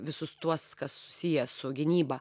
visus tuos kas susiję su gynyba